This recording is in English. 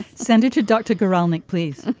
send it to dr. guralnick please